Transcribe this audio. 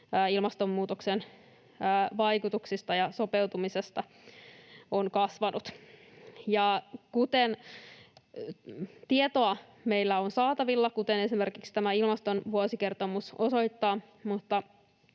ilmastonmuutoksen vaikutuksista ja sopeutumisesta on kasvanut. Tietoa meillä on saatavilla, kuten esimerkiksi tämä ilmastovuosikertomus osoittaa,